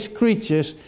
creatures